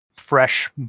Fresh